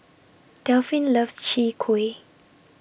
Delphin loves Chwee Kueh